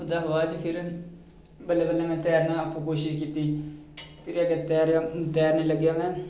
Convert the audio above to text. ओह्दे बाद च फिर बल्लें बल्लें मैं तैरना आपूं कोशिश कीती फिर अग्गें तैरेआ तैरन लग्गेआ मैं